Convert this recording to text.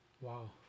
Wow